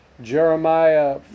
Jeremiah